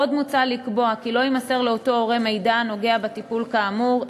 עוד מוצע לקבוע כי לא יימסר לאותו הורה מידע הנוגע בטיפול כאמור,